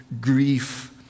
grief